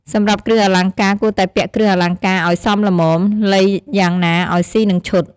សម្រាប់គ្រឿងអលង្ការគួរតែពាក់គ្រឿងអលង្ការឲ្យសមល្មម លៃយ៉ាងណាឲ្យសុីនឹងឈុត។